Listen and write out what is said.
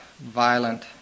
violent